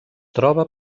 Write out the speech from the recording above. troba